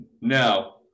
now